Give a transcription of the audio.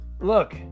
look